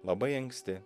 labai anksti